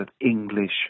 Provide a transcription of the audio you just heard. English